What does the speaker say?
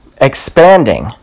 expanding